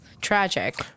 tragic